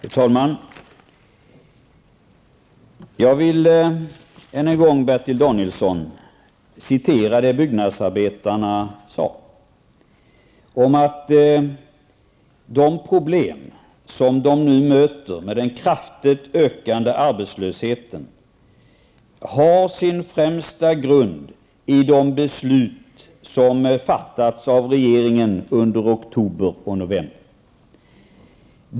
Fru talman! Jag vill än en gång, Bertil Danielsson, referera vad byggnadsarbetarna sade -- att de problem som de nu möter med den kraftigt ökande arbetslösheten har sin främsta grund i de beslut som fattats av regeringen under oktober och november.